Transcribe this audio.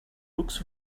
books